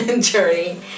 journey